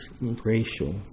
Racial